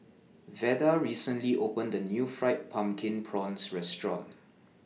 Veda recently opened The New Fried Pumpkin Prawns Restaurant